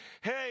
Hey